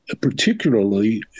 particularly